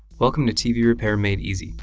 welcome to tv repair made easy,